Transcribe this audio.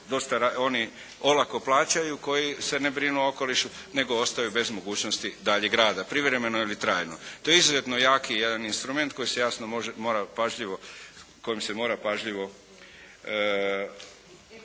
oni olako plaćaju koji se ne brinu o okolišu nego ostaju bez mogućnosti dalje rada privremeno ili trajno. To je izuzetno jaki jedan instrument s kojim se mora pažljivo